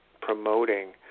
promoting